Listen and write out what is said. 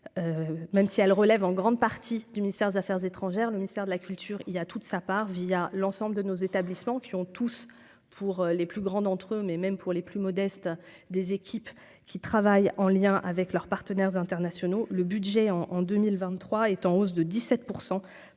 même si elle relève en grande partie du ministère des Affaires étrangères, le ministère de la culture, il y a toute sa part via l'ensemble de nos établissements, qui ont tous pour les plus grands d'entre eux, mais même pour les plus modestes, des équipes qui travaillent en lien avec leurs partenaires internationaux, le budget en en 2023 est en hausse de 17